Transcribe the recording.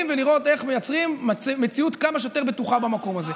ולראות איך מייצרים מציאות כמה שיותר בטוחה במקום הזה.